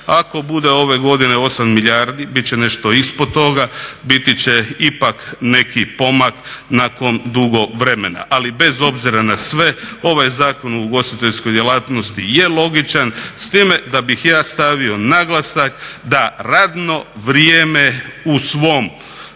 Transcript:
ako bude ove godine 8 milijardi bit će nešto ispod toga, biti će ipak neki pomak nakon dugo vremena, ali bez obzira na sve ovaj Zakon o ugostiteljskoj djelatnosti je logičan s time da bih ja stavio naglasak da radno vrijeme u svom